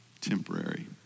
temporary